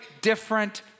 different